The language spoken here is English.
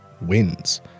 wins